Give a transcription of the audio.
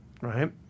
right